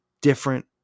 different